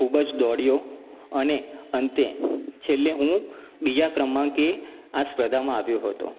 ખુબ જ દોડયો અને અંતે છેલ્લે હું બીજા ક્રમાંકે આ સ્પર્ધામાં આવ્યો હતો